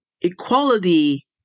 equality